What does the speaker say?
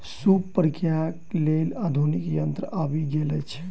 सूप प्रक्रियाक लेल आधुनिक यंत्र आबि गेल अछि